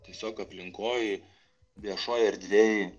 tiesiog aplinkoj viešoj erdvėj